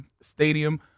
stadium